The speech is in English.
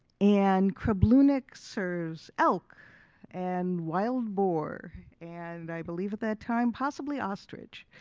and krabloonik serves elk and wild boar, and i believe at that time possibly ostrich.